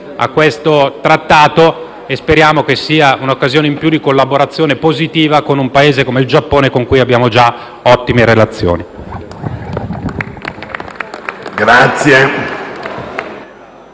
a questo trattato e speriamo che sia un'occasione in più di collaborazione positiva con un Paese come il Giappone, con cui abbiamo già ottime relazioni.